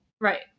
right